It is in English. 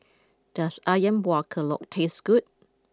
does Ayam Buah Keluak taste good